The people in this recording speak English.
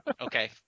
Okay